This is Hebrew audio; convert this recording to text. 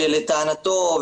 שלטענתו,